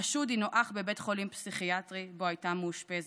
החשוד הינו אח בבית חולים פסיכיאטרי שבו הייתה מאושפזת.